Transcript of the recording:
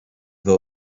were